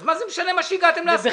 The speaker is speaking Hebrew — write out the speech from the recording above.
אז מה זה משנה למה הגעתם להסכמה?